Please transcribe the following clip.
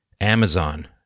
Amazon